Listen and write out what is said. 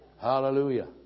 Hallelujah